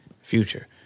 Future